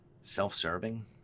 self-serving